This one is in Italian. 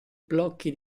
blocchi